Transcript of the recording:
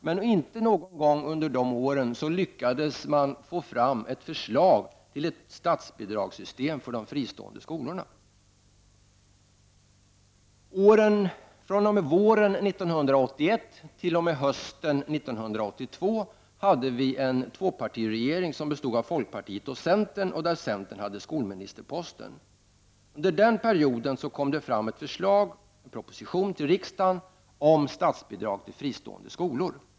Men inte någon gång under de åren lyckades de få fram förslag till ett statsbidragssystem för fristående skolor. fr.o.m. våren 1981 t.o.m. hösten 1982 var det en tvåpartiregering bestående av folkpartiet och centern. Centern hade där skolministerposten. Under den perioden lades det fram en proposition för riksdagen om statsbidrag till fristående skolor.